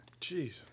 jeez